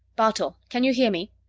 bartol, can you hear me?